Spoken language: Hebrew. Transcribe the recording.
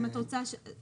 רוצים